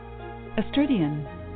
Astridian